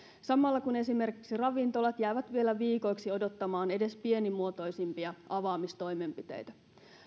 samalla kun esimerkiksi ravintolat jäävät vielä viikoiksi odottamaan edes pienimuotoisimpia avaamistoimenpiteitä